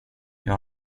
jag